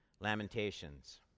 Lamentations